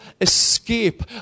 escape